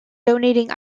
donating